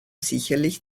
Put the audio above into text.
sicherlich